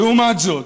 לעומת זאת,